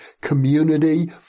community